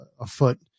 afoot